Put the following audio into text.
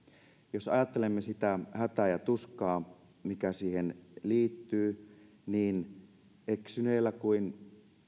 jos ajattelemme sitä hätää ja tuskaa mikä siihen liittyy niin eksyneellä kuin